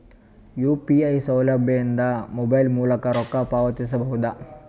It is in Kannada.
ಯು.ಪಿ.ಐ ಸೌಲಭ್ಯ ಇಂದ ಮೊಬೈಲ್ ಮೂಲಕ ರೊಕ್ಕ ಪಾವತಿಸ ಬಹುದಾ?